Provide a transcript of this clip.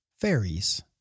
Fairies